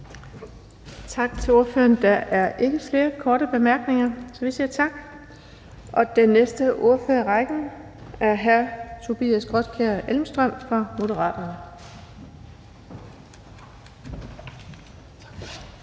Tak til ordføreren. Der er ikke flere korte bemærkninger, så vi siger tak. Den næste ordfører i rækken er hr. Tobias Grotkjær Elmstrøm fra Moderaterne.